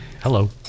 Hello